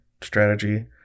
strategy